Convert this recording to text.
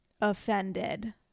offended